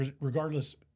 regardless